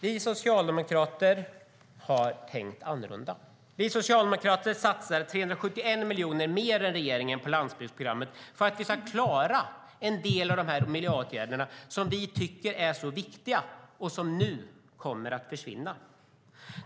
Vi socialdemokrater har tänkt annorlunda. Vi socialdemokrater satsar 371 miljoner mer än regeringen på landsbygdsprogrammet för att vi ska klara en del av de miljöåtgärder som vi tycker är så viktiga och som nu kommer att försvinna.